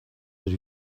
dydw